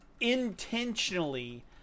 intentionally